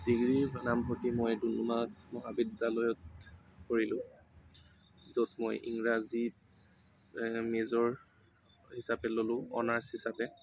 degree নামভৰ্তি মই ডুমডুমা মহাবিদ্যালয়ত কৰিলো য'ত মই ইংৰাজীত মেজৰ হিচাপে ল'লোঁ অ'নাৰ্ছ হিচাপে